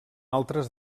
altres